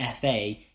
FA